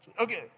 Okay